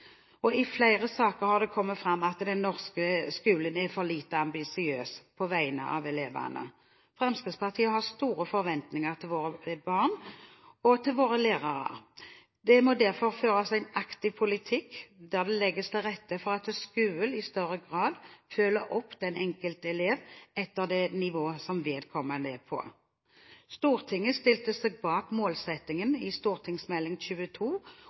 I flere saker har det kommet fram at den norske skolen er for lite ambisiøs på vegne av elevene. Fremskrittspartiet har store forventninger til våre barn og til våre lærere. Det må derfor føres en aktiv politikk der det legges til rette for at skolen i større grad følger opp den enkelte elev etter det nivå vedkommende er på. Stortinget stilte seg bak målsettingene i Meld. St. 22